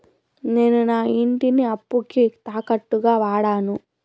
నేను నా ఇంటిని అప్పుకి తాకట్టుగా వాడాను